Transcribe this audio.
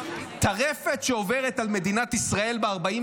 הטרפת שעוברת על מדינת ישראל ב-48